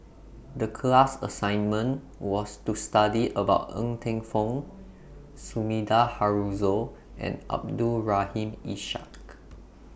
The class assignment was to study about Ng Teng Fong Sumida Haruzo and Abdul Rahim Ishak